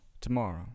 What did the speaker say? tomorrow